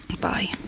Bye